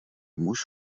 muž